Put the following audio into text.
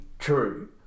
True